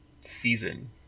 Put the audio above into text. season